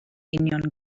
union